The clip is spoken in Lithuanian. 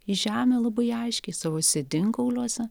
į žemę labai aiškiai savo sėdinkauliuose